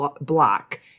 block